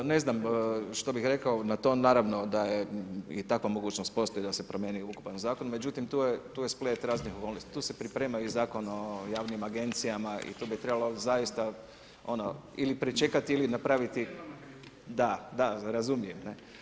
Pa ne znam što bih rekao na to, naravno da je i takva mogućnost postoji da se promijeni ukupan zakon, međutim tu je splet raznih okolnosti, tu se priprema i Zakon o javnim agencijama i tu bi trebalo zaista ili pričekati ili napraviti …… [[Upadica sa strane, ne razumije se.]] Da, da, razumijem.